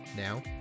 now